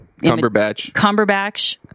Cumberbatch